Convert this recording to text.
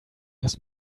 his